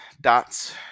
dots